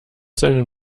seinen